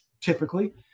typically